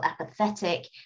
apathetic